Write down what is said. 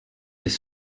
des